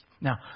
Now